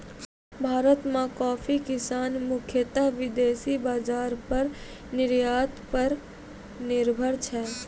भारत मॅ कॉफी किसान मुख्यतः विदेशी बाजार पर निर्यात पर निर्भर छै